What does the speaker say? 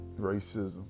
racism